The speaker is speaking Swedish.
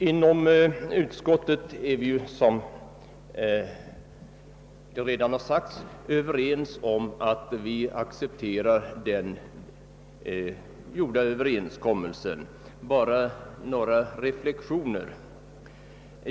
Inom utskottet är vi, som redan sagts, överens om att vi accepterar den träffade överenskommelsen. Jag vill bara göra några reflexioner.